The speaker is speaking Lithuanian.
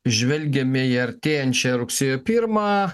žvelgiame į artėjančią rugsėjo pirmą